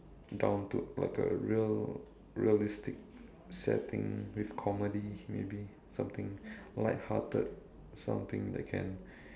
down to like a real~ realistic setting with comedy maybe something light hearted something that can